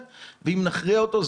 ואם נכריע אותו,